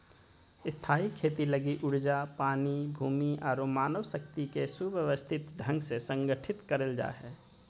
स्थायी खेती लगी ऊर्जा, पानी, भूमि आरो मानव शक्ति के सुव्यवस्थित ढंग से संगठित करल जा हय